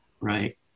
right